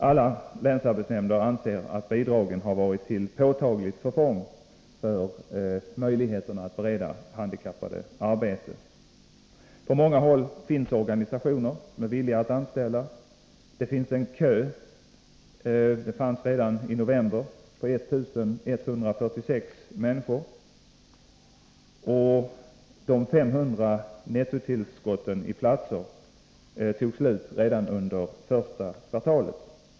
Alla länsarbetsnämnder anser att begränsningen har varit till påtagligt förfång för möjligheterna att bereda handikappade arbete. På många håll finns organisationer som är villiga att anställa folk. Det finns en kö —den fanns redan i november — på 1 146 arbetssökande. Nettotillskottet med 500 platser tog slut redan under första kvartalet.